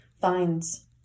finds